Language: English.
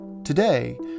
Today